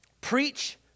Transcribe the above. Preach